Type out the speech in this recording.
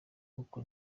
uku